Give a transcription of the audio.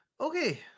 okay